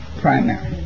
primary